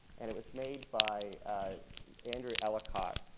and it was made by andrew ellicott,